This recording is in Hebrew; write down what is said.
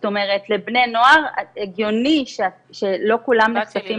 זאת אומרת לבני נוער הגיוני שלא כולם מגיעים